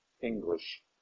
English